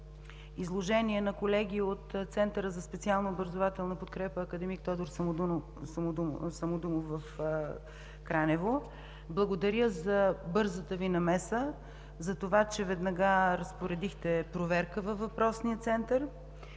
изложение на колеги от Центъра за специална образователна подкрепа „Академик Тодор Самодумов“ в Кранево. Благодаря за бързата Ви намеса, за това, че веднага разпоредихте проверка във въпросния център.